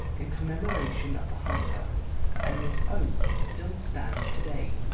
in commemoration of the hunter and this oak still stands today